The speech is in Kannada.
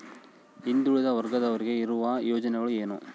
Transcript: ಹಿಂದುಳಿದ ವರ್ಗದವರಿಗೆ ಇರುವ ಯೋಜನೆಗಳು ಏನು?